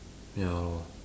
ya lor